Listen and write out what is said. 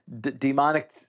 demonic